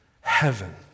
heaven